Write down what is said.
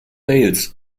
wales